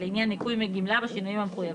לעניין ניכוי מגמלה, בשינויים המחויבים.